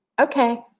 Okay